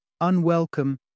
unwelcome